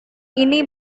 ini